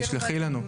תשלחי לנו.